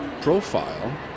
profile